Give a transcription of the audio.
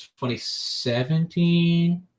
2017